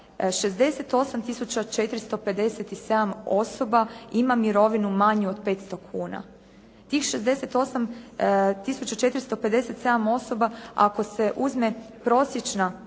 68 457 osoba ima mirovinu manju od 500 kuna. Tih 68 457 osoba ako se uzme prosječna